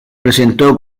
presentó